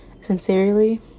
sincerely